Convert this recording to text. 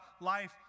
life